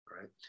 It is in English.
right